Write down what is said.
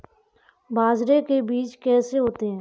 बाजरे के बीज कैसे होते हैं?